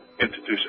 introduce